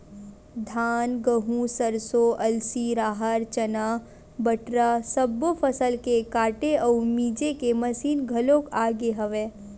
धान, गहूँ, सरसो, अलसी, राहर, चना, बटरा सब्बो फसल के काटे अउ मिजे के मसीन घलोक आ गे हवय